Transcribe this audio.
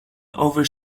over